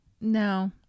No